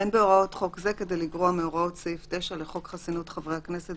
אין בהוראות חוק זה כדי לגרוע מהוראות סעיף 9 לחוק חסינות חברי הכנסת,